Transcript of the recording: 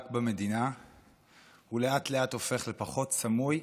במדינה ולאט-לאט הופך לפחות סמוי,